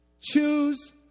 Choose